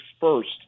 first